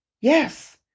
Yes